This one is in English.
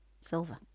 Silver